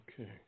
Okay